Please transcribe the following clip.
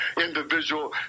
individual